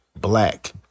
black